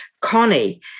Connie